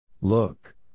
Look